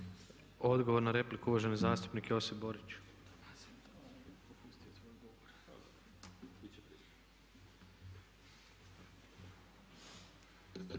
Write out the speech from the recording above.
Odgovor na repliku, uvaženi zastupnik Josip Borić.